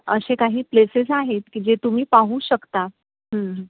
असे काही प्लेसेस आहेत की जे तुम्ही पाहू शकता